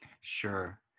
Sure